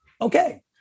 Okay